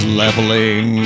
leveling